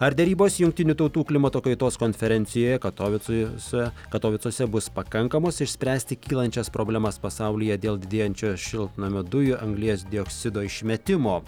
ar derybos jungtinių tautų klimato kaitos konferencijoje katovicuose katovicuose bus pakankamos išspręsti kylančias problemas pasaulyje dėl didėjančio šiltnamio dujų anglies dioksido išmetimo